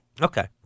Okay